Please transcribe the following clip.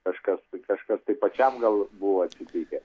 kažkas kažkas tai pačiam gal buvo atsitikę